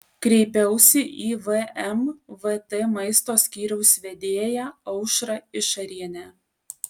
kreipiausi į vmvt maisto skyriaus vedėją aušrą išarienę